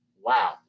wow